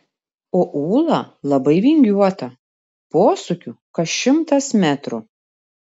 o ūla labai vingiuota posūkių kas šimtas metrų